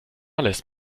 lässt